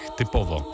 typowo